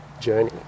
journey